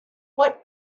what